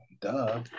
Duh